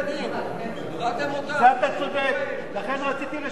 נכון, לכן רציתי לשנות את החוק.